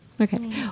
Okay